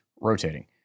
rotating